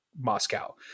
Moscow